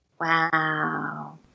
Wow